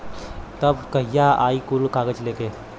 तब कहिया आई कुल कागज़ लेके?